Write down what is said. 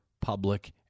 public